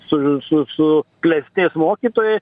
su su su klestės mokytojai